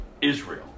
Israel